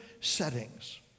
settings